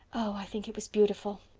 oh, i think it was beautiful!